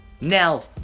now